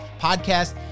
podcast